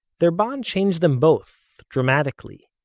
their bond changed them both, dramatically.